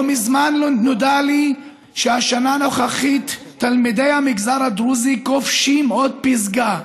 לא מזמן נודע לי שהשנה הנוכחית תלמידי המגזר הדרוזי כובשים עוד פסגה.